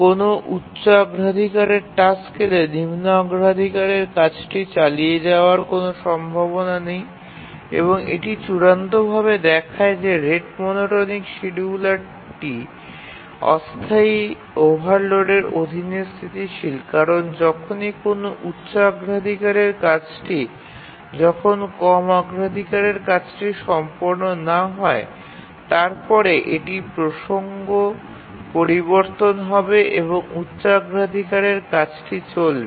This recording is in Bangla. কোনও উচ্চ অগ্রাধিকারের টাস্ক এলে নিম্ন অগ্রাধিকারের কাজটি চালিয়ে যাওয়ার কোনও সম্ভাবনা নেই এবং এটি চূড়ান্তভাবে দেখায় যে রেট মনোটোনিক শিডিয়ুলটি অস্থায়ী ওভারলোডের অধীনে স্থিতিশীল কারণ যখনই কোনও উচ্চ অগ্রাধিকারের কাজটি যখন কম অগ্রাধিকারের কাজটি সম্পন্ন না হয় তারপরে এটি প্রসঙ্গ পরিবর্তন হবে এবং উচ্চ অগ্রাধিকারের কাজটি চলবে